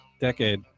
decade